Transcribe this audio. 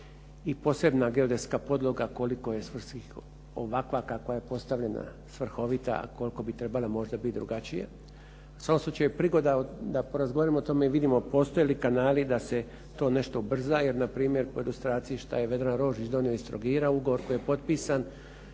i posebna geodetska podloga koliko je ovakva kakva je postavljena svrhovita koliko bi trebala možda biti drugačija. U svakom slučaju prigoda da porazgovaramo o tome i vidimo postoje li kanali da se to nešto ubrza. Jer na primjer po ilustraciji što je Vedran Rožić donio iz Trogira, ugovor mu je potpisan